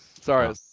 Sorry